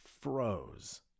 froze